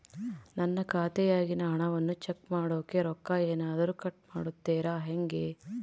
ನನ್ನ ಖಾತೆಯಾಗಿನ ಹಣವನ್ನು ಚೆಕ್ ಮಾಡೋಕೆ ರೊಕ್ಕ ಏನಾದರೂ ಕಟ್ ಮಾಡುತ್ತೇರಾ ಹೆಂಗೆ?